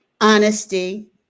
honesty